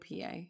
PA